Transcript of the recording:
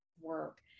work